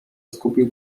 zgubił